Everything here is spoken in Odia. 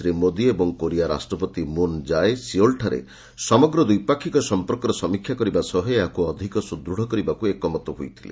ଶ୍ରୀ ମୋଦି ଏବଂ କୋରିଆ ରାଷ୍ଟ୍ରପତି ମୁନ୍ ଜାଏ ସିଓଲ୍ଠାରେ ସମଗ୍ର ଦ୍ୱିପାକ୍ଷିକ ସମ୍ପର୍କର ସମୀକ୍ଷା କରିବା ସହ ଏହାକୁ ଅଧିକ ସୁଦୃତ୍ କରିବାକୁ ଏକମତ ହୋଇଥିଲେ